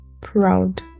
proud